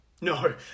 No